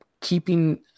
keeping